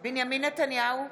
בנימין נתניהו,